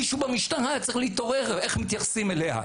מישהו במשטרה צריך להתעורר מהדרך שבה מתייחסים אליה.